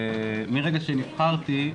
מרגע שנבחרתי,